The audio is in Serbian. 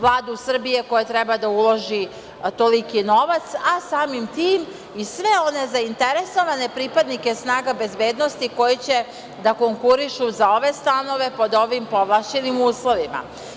Vladu Srbije koja treba da uloži toliki novac, a samim tim i sve one zainteresovane pripadnike snaga bezbednosti koji će da konkurišu za ove stanove, pod ovim povlašćenim uslovima.